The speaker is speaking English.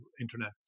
internet